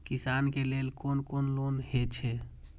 किसान के लेल कोन कोन लोन हे छे?